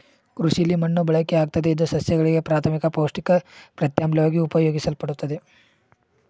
ಕೃಷಿಲಿ ಮಣ್ಣು ಬಳಕೆಯಾಗ್ತದೆ ಇದು ಸಸ್ಯಗಳಿಗೆ ಪ್ರಾಥಮಿಕ ಪೌಷ್ಟಿಕ ಪ್ರತ್ಯಾಮ್ಲವಾಗಿ ಉಪಯೋಗಿಸಲ್ಪಡ್ತದೆ